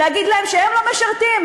להגיד להם שהם לא משרתים?